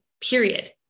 period